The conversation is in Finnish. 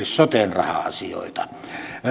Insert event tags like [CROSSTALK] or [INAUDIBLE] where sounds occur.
[UNINTELLIGIBLE] soten raha asioita